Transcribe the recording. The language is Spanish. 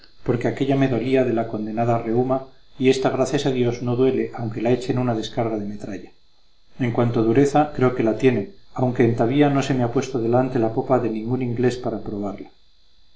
porque aquélla me dolía de la condenada reúma y ésta a dios gracias no duele aunque la echen una descarga de metralla en cuanto a dureza creo que la tiene aunque entavía no se me ha puesto delante la popa de ningún inglés para probarla